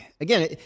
Again